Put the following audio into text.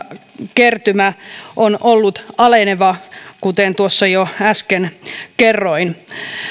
kertymä on ollut aleneva kuten tuossa jo äsken kerroin